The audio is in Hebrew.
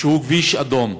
שהוא כביש אדום,